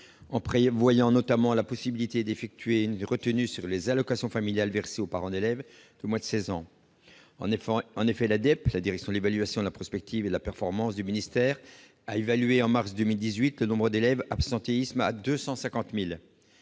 en prévoyant notamment la possibilité d'effectuer une retenue sur les allocations familiales versées aux parents d'élèves de moins de 16 ans. En effet, la Direction de l'évaluation, de la prospective et de la performance du ministère a évalué, en mars 2018, le nombre d'élèves absentéistes à 250 000.